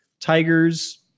Tigers